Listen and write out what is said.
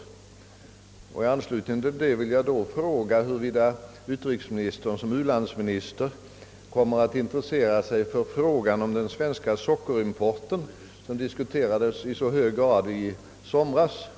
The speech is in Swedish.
I anslutning härtill vill jag fråga, om utrikesministern som u-landsminister kommer satt intressera sig för frågan om den svenska sockerimporien, som ju diskuterades så intensivt i somras.